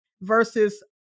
versus